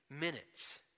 minutes